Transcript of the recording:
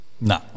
No